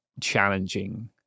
challenging